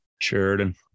Sheridan